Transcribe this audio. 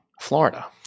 florida